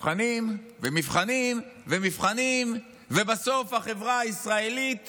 מבחנים ומבחנים ומבחנים, ובסוף החברה הישראלית